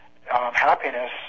happiness